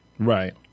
Right